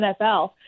NFL